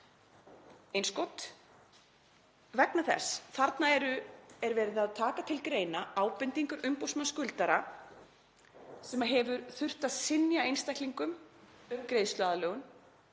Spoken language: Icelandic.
— Vegna þess að þarna er verið að taka til greina ábendingar umboðsmanns skuldara sem hefur þurft að synja einstaklingum um greiðsluaðlögun